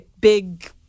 big